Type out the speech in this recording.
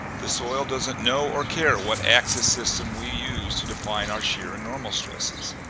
the soil doesnt know or care what axis system we use to define ah shear and normal stresses.